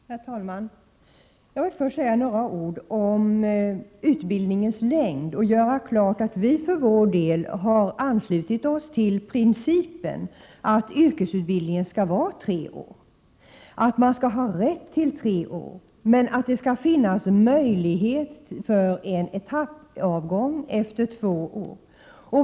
Herr talman! Jag vill först säga några ord om utbildningens längd och göra klart att vi för vår del har anslutit oss till principen att yrkesutbildningen skall vara tre år, att man skall ha rätt till tre års utbildning, men att det skall finnas möjlighet till en etappavgång efter två år.